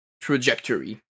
trajectory